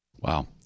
Wow